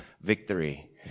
victory